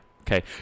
Okay